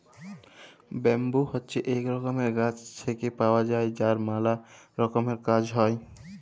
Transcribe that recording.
bamboo হছে ইক রকমের গাছ থেক্যে পাওয়া যায় যার ম্যালা রকমের কাজ হ্যয়